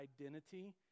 identity